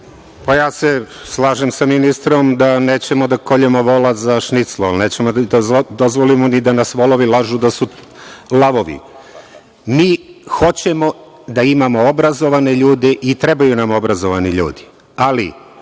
Slažem se sa ministrom da nećemo da koljemo vola za šniclu, ali nećemo ni da dozvolimo da nas volovi lažu da su lavovi. Mi hoćemo da imamo obrazovane ljude i trebaju nam obrazovani ljudi, ali